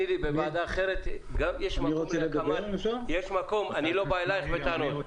אני לא בא אלייך בטענות.